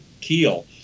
keel